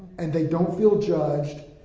and they don't feel judged,